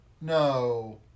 No